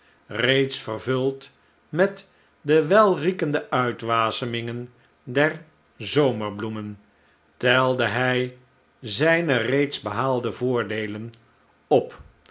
reeds vervuld met de welriekende uitwasemingen der zomerbloemen telde hij zijne reeds behaalde voordeelen op